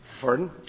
Pardon